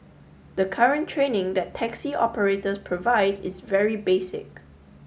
the current training that taxi operators provide is very basic